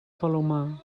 palomar